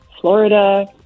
Florida